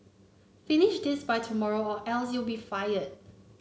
finish this by tomorrow or else you'll be fired